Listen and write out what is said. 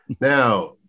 now